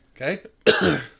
Okay